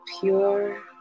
pure